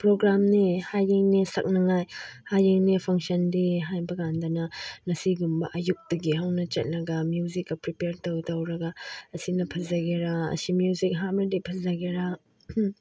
ꯄ꯭ꯔꯣꯒ꯭ꯔꯥꯝꯅꯦ ꯍꯌꯦꯡꯅꯦ ꯁꯛꯅꯉꯥꯏ ꯍꯌꯦꯡꯅꯦ ꯐꯪꯁꯟꯗꯤ ꯍꯥꯏꯕꯀꯥꯟꯗꯅ ꯉꯁꯤꯒꯨꯝꯕ ꯑꯌꯨꯛꯇꯒꯤ ꯍꯧꯅ ꯆꯠꯂꯒ ꯃ꯭ꯌꯨꯖꯤꯛꯀ ꯄ꯭ꯔꯤꯄꯦꯌꯔ ꯇꯧꯔ ꯇꯧꯔꯒ ꯑꯁꯤꯅ ꯐꯖꯒꯦꯔꯥ ꯑꯁꯤ ꯃ꯭ꯌꯨꯖꯤꯛ ꯍꯥꯞꯂꯗꯤ ꯐꯖꯒꯦꯔꯥ